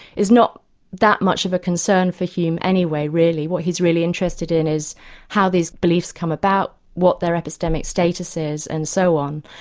is not that much of a concern for hume anyway really, what he's really interested in is how these beliefs come about, what their epistemic status is, and so on.